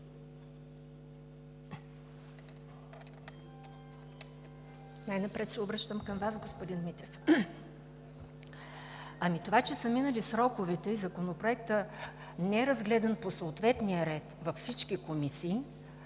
Най-напред се обръщам към Вас, господин Митев. Това че са минали сроковете и Законопроектът не е разгледан по съответния ред във всички комисии,